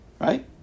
right